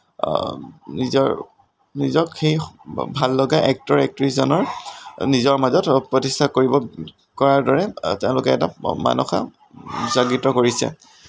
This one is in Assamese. নিজক সেই ভাল লগা এক্টৰ এক্ট্ৰেছজনৰ নিজৰ মাজত প্ৰতিষ্ঠা কৰিব কৰাৰ দৰে তেওঁলোকে এটা মানসা জাগৃত কৰিছে